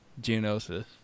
genosis